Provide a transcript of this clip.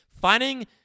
finding